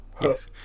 yes